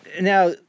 now